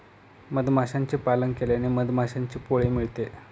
मधमाशांचे पालन केल्याने मधमाशांचे पोळे मिळते